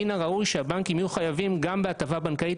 מן הראוי שהבנקים יהיו חייבים גם בהטבה בנקאית,